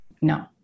No